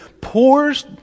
pours